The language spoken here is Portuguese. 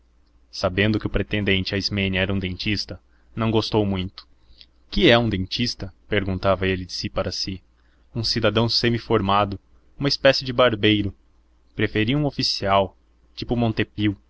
sabendo que o pretendente à ismênia era um dentista não gostou muito que é um dentista perguntava ele de si para si um cidadão semiformado uma espécie de barbeiro preferia um oficial tinha montepio